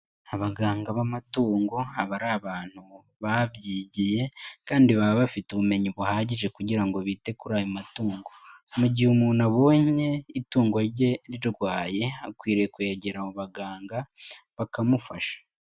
Abaganga b'amatungo aba ari abantu babyigiye kandi baba bafite ubumenyi buhagije kugira ngo bite kuri ayo matungo, mu gihe umuntu abonye itungo rye rirwaye akwiriye kwegera abo baganga bakamufasha.